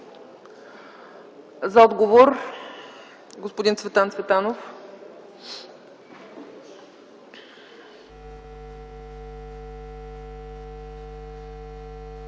За отговор – господин Цветан Цветанов.